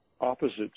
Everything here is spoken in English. opposites